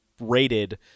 rated